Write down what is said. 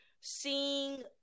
seeing